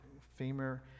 femur